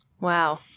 Wow